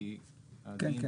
כן.